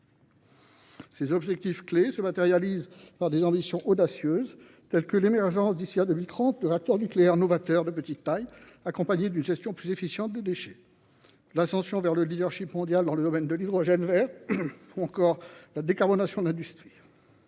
Ces objectifs clés se matérialisent par des ambitions audacieuses, telles que l’émergence, d’ici à 2030, de réacteurs nucléaires novateurs de petite taille, accompagnés d’une gestion plus efficiente des déchets ; l’ascension vers le mondial dans le domaine de l’hydrogène vert ; ou encore la décarbonation de l’industrie.